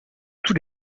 tous